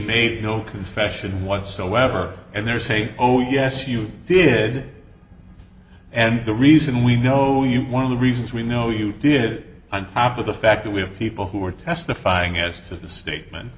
no confession whatsoever and they're saying oh yes you did and the reason we know you one of the reasons we know you did on top of the fact that we have people who are testifying as to the statement